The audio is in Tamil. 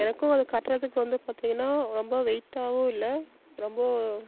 எனக்கும் அதை கட்டுறதுக்கு வந்து பார்த்திங்கனா ரொம்பவும் வெயிட்டாகவும் இல்லை ரொம்ப